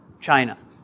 China